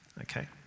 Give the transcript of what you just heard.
Okay